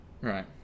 Right